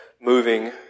moving